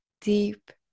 deep